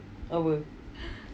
apa